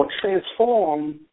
transform